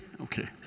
Okay